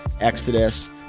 Exodus